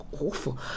awful